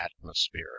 atmosphere